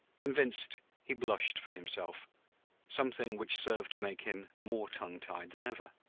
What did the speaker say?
convinced, he blushed for himself something which served to make him more tongue-tied than ever.